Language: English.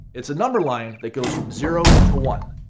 it's a number line that goes from zero to one.